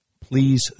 please